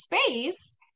space